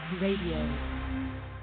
Radio